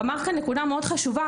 הוא אמר כאן נקודה מאוד חשובה.